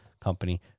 company